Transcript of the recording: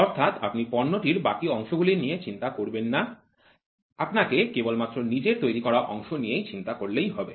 অর্থাৎ আপনি পণ্যটির বাকি অংশগুলি নিয়ে চিন্তা করবেন না আপনাকে কেবল নিজের তৈরি করা অংশ নিয়েই চিন্তা করলেই হবে